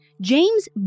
James